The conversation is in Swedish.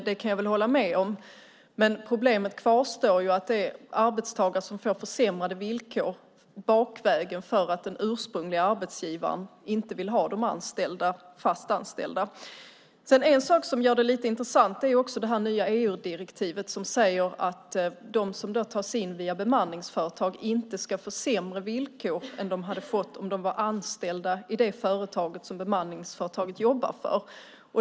Det kan jag väl hålla med om, men problemet kvarstår att det är arbetstagare som får försämrade villkor bakvägen för att den ursprungliga arbetsgivaren inte vill ha dem fast anställda. En sak som gör det lite intressant är också det här nya EU-direktivet som säger att de som tar sig in via bemanningsföretag inte ska få sämre villkor än de hade fått om de varit anställda i företaget som bemanningsföretaget jobbar för.